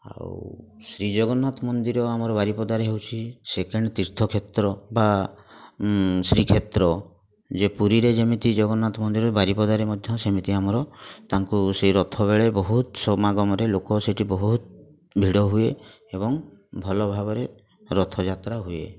ଆଉ ଶ୍ରୀଜଗନ୍ନାଥ ମନ୍ଦିର ଆମର ବାରିପଦାରେ ହେଉଛି ସେକେଣ୍ଡ ତୀର୍ଥକ୍ଷେତ୍ର ବା ଶ୍ରୀକ୍ଷେତ୍ର ଯେ ପୁରୀରେ ଯେମିତି ଜଗନ୍ନାଥ ମନ୍ଦିର ବାରିପଦାରେ ମଧ୍ୟ ସେମିତି ଆମର ତାଙ୍କୁ ସେ ରଥ ବେଳେ ବହୁତ ସମାଗମରେ ଲୋକ ସେଇଠି ବହୁତ ଭିଡ଼ ହୁଏ ଏବଂ ଭଲ ଭାବରେ ରଥଯାତ୍ରା ହୁଏ